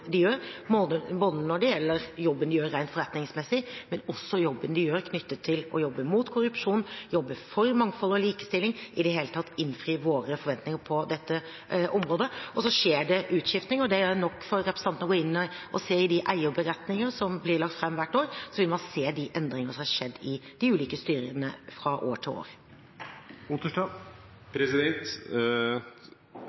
de gjør, både jobben de gjør rent forretningsmessig, og jobben de gjør knyttet til å jobbe mot korrupsjon, jobbe for mangfold og likestilling – i det hele tatt innfri våre forventninger på dette området. Og så skjer det utskiftninger. Det er nok for representanten å gå inn og se i de eierberetningene som blir lagt fram hvert år. Da vil man se de endringene som har skjedd i de ulike styrene fra år til